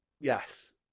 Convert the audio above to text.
Yes